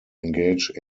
engage